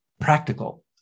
practical